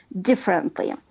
differently